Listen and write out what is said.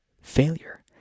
failure